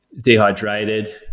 dehydrated